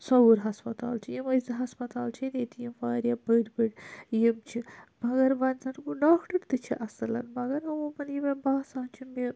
سوٚوُر ہَسپَتال چھُ یِمے زٕ ہَسپَتال چھِ ییٚتہِ ییٚتہِ یِم واریاہ بٔڑ بٔڑ یِم چھِ مَگَر وۄنۍ زن گوٚو ڈاکٹَر تہِ چھ اَصٕل مَگَر یہِ مےٚ باسان چھُ مےٚ